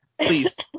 Please